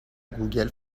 گوگل